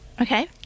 Okay